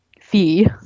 fee